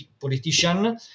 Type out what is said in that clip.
politician